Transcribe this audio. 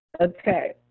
okay